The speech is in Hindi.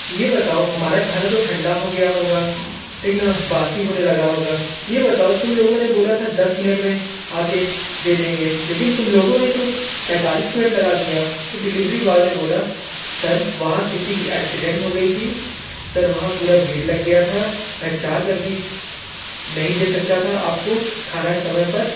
कि ये बताओ हमारा खाना तो ठंडा हो गया होगा ठीक है ना बासी होने लगा होगा ये बताओ तुम लोगों ने बोला था दस मिनट में आके दे देंगे लेकिन तुम लोगों ने तो पैंतालीस मिनट लगा दिया तो डिलिवरी बॉय ने बोला सर वहाँ किसी की ऐक्सीडेंट हो गई थी सर वहाँ पूरा भीड़ लग गया था मैं चाह कर भी नहीं दे सकता था आप को खाना समय पर